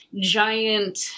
giant